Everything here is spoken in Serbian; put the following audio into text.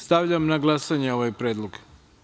Stavljam na glasanje ovaj predlog.